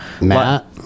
Matt